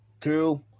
two